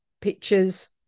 pictures